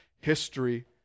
history